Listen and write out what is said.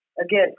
again